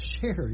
share